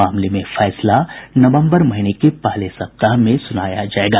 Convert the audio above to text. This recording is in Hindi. मामले में फैसला नवम्बर महीने के पहले सप्ताह में सुनाया जायेगा